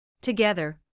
Together